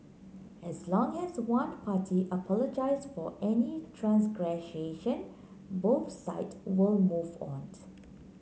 as long as one party apologise for any transgression both side will move out